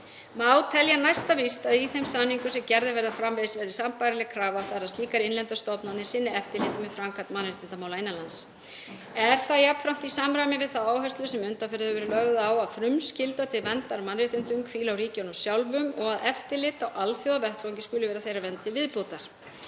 Má telja næsta víst að í þeim samningum sem gerðir verða framvegis verði sambærileg krafa, þ.e. að slíkar innlendar stofnanir sinni eftirliti með framkvæmd mannréttindamála innan lands. Er það jafnframt í samræmi við þá áherslu sem undanfarið hefur verið lögð á að frumskylda til verndar mannréttindum hvíli á ríkjunum sjálfum og að eftirlit á alþjóðavettvangi skuli vera þeirri vernd til viðbótar.